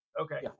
okay